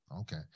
okay